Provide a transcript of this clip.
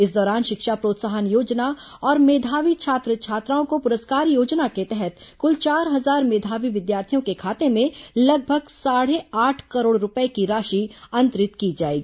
इस दौरान शिक्षा प्रोत्साहन योजना और मेधावी छात्र छात्राओं को पुरस्कार योजना के तहत कुल चार हजार मेधावी विद्यार्थियों के खाते में लगभग साढ़े आठ करोड़ रूपए की राशि अंतरित की जाएगी